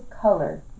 color